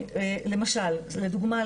לדוגמה,